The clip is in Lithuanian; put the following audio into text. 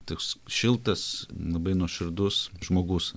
toks šiltas labai nuoširdus žmogus